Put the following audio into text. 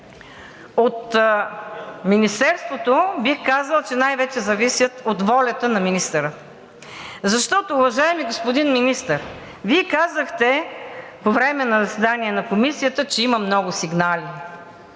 от Министерството, бих казала, че най-вече зависят от волята на министъра. Защото, уважаеми господин Министър, Вие казахте по време на заседание на Комисията, че има много сигнали.